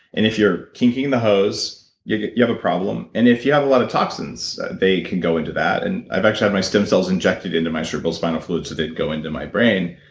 and if you're kinking the hose you have a problem, and if you have a lot of toxins they can go into that. and i've actually had my stem cells injected into my cerebrospinal fluid so they'd go into my brain.